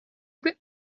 vous